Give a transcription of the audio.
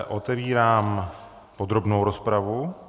Otevírám podrobnou rozpravu.